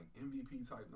MVP-type